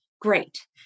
Great